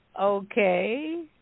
Okay